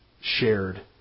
shared